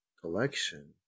Collection